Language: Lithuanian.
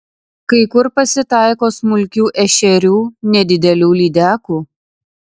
kai kur pasitaiko smulkių ešerių nedidelių lydekų